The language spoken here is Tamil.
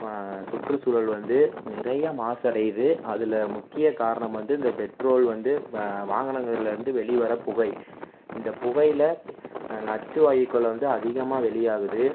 சுற்றுச்சூழல் வந்து நிறைய மாசடையுது அதில் முக்கிய காரணம் வந்து இந்த பெட்ரோல் வந்து வாகனங்களில் இருந்து வெளியே வர புகை இந்த புகையில் நச்சு வாயுக்கள் வந்து அதிகமாக வெளியாகுது